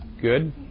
Good